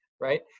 Right